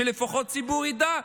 שלפחות הציבור ידע,